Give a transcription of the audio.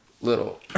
little